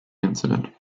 incident